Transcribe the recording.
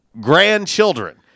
grandchildren